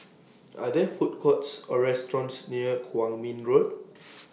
Are There Food Courts Or restaurants near Kwong Min Road